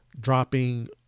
dropping